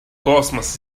космос